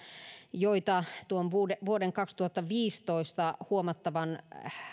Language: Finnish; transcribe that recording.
joita tuon vuoden vuoden kaksituhattaviisitoista huomattavan